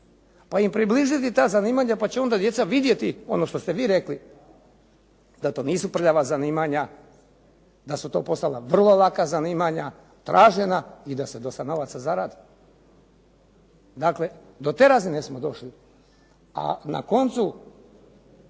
Pa im približiti ta zanimanja, pa će onda djeca vidjeti ono što ste vi rekli, da to nisu prljava zanimanja, da su to postala vrlo laka zanimanja, tražena i da se dosta novaca zaradi. Dakle, do te razine smo došli. A na koncu